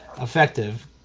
effective